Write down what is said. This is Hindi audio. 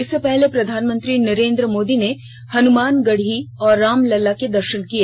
इससे पहले प्रधानमंत्री नरेन्द्र मोदी ने हनुमान गढ़ी और रामलला के दर्शन किए